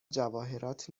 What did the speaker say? جواهرات